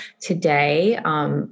today